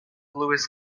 louis